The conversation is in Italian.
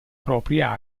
propria